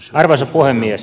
arvoisa puhemies